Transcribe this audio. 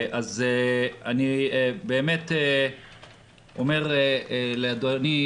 אז אני באמת אומר לאדוני,